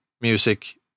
music